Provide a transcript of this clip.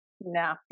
No